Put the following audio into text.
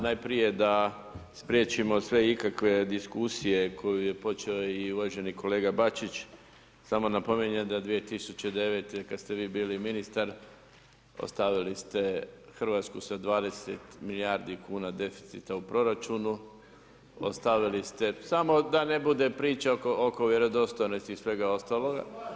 Najprije da spriječimo sve ikakve diskusije koju je počeo i uvaženi kolega Bačić, samo napominjem da 2009. kada ste vi bili ministar, ostavili ste Hrvatsku sa 20 milijardi kn deficita u proračunu, ostavili ste, samo da ne bude priče oko vjerodostojnosti i svega ostaloga.